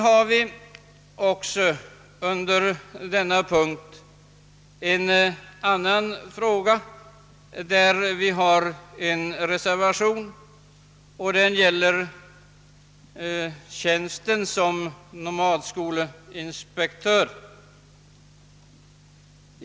Jag vill också säga några ord om vår reservation A 3. Den gäller tjänsten som nomadskolinspektör.